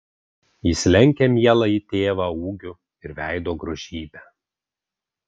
jis lenkia mieląjį tėvą ūgiu ir veido grožybe